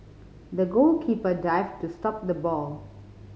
the goalkeeper dived to stop the ball